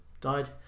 died